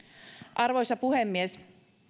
arvoisa puhemies